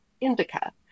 Indica